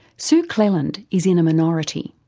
sue cleland is in a minority.